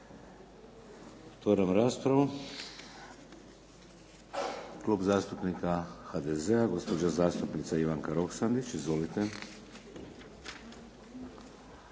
Hvala vam